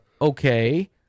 Okay